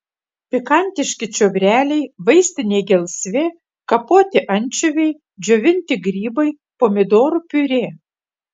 pikantiški čiobreliai vaistinė gelsvė kapoti ančiuviai džiovinti grybai pomidorų piurė